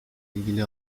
ilgili